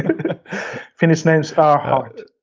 finnish names are hard